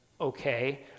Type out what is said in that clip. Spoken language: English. okay